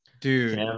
Dude